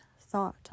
thought